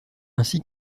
ainsi